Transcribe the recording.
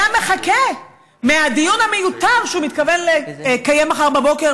יחכה עם הדיון המיותר שהוא מתכוון לקיים מחר בבוקר